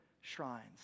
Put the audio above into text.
shrines